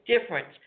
difference